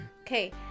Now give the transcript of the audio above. okay